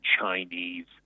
Chinese